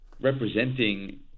representing